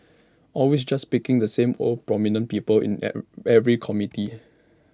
always just picking the same old prominent people in every committee